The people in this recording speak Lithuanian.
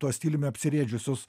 tuo stiliumi apsirėdžiusius